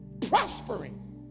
prospering